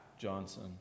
Johnson